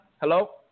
Hello